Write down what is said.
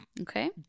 Okay